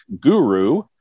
Guru